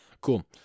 cool